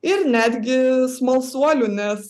ir netgi smalsuolių nes